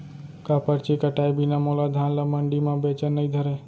का परची कटाय बिना मोला धान ल मंडी म बेचन नई धरय?